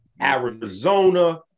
Arizona